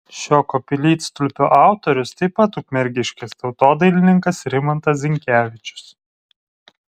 šio koplytstulpio autorius taip pat ukmergiškis tautodailininkas rimantas zinkevičius